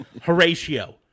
Horatio